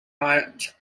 not